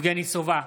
יבגני סובה,